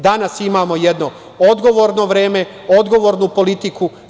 Danas imamo jedno odgovorno vreme, odgovornu politiku.